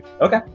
Okay